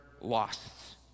lost